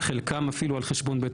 את חלקם אפילו מסיעים לצפת על חשבון בית